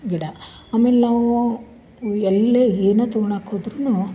ಗಿಡ ಆಮೇಲೆ ನಾವು ಎಲ್ಲಿ ಏನೇ ತಕೊಳಕ್ಕೆ ಹೋದರೂನು